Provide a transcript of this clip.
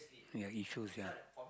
ya issues ya